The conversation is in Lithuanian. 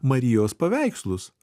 marijos paveikslus